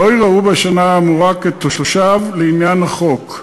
לא יראו בשנה האמורה כתושב לעניין החוק.